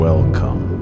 Welcome